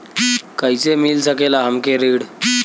कइसे मिल सकेला हमके ऋण?